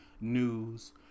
news